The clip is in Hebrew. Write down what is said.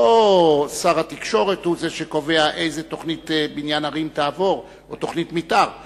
לא שר התקשורת הוא שקובע איזו תוכנית בניין ערים או תוכנית מיתאר תעבור.